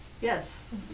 Yes